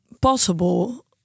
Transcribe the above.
possible